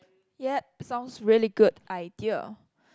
yup sounds really good idea